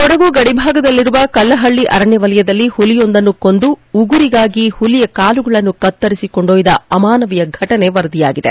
ಕೊಡಗು ಗಡಿ ಭಾಗದಲ್ಲಿರುವ ಕಲ್ಲಹಳ್ಳ ಅರಣ್ಯ ವಲಯದಲ್ಲಿ ಹುಲಿಯೊಂದನ್ನು ಕೊಂದು ಉಗುರಿಗಾಗಿ ಹುಲಿಯ ಕಾಲುಗಳನ್ನು ಕತ್ತರಿಸಿ ಕೊಂಡೊಯ್ದ ಅಮಾನವೀಯ ಘಟನೆ ವರದಿಯಾಗಿದೆ